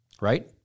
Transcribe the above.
Right